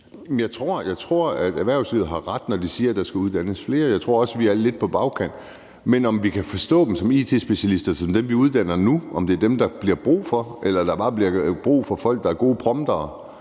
Jeg tror, at erhvervslivet har ret, når de siger, at der skal uddannes flere. Jeg tror også, vi er lidt på bagkant. Men spørgsmålet er, om vi skal forstå det sådan, at det er de it-specialister, der bliver uddannet nu, vi har brug for, eller om der bare bliver brug for folk, der er gode promptere,